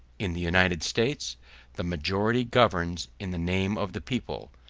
in the united states the majority governs in the name of the people,